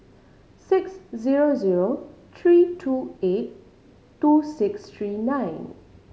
six zero zero three two eight two six three nine